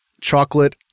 chocolate